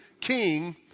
king